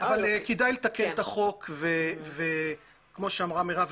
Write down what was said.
אבל כדאי לתקן את החוק וכמו שאמרה מרב,